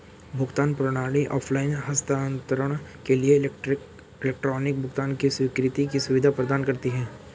भुगतान प्रणाली ऑफ़लाइन हस्तांतरण के लिए इलेक्ट्रॉनिक भुगतान की स्वीकृति की सुविधा प्रदान करती है